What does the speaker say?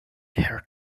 her